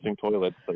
toilets